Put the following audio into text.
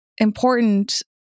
important